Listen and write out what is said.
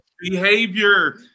behavior